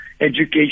education